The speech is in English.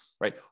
Right